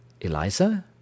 Eliza